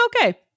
okay